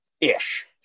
ish